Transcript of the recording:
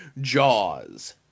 Jaws